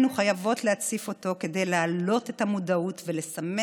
היינו חייבות להציף אותו כדי להעלות את המודעות ולסמן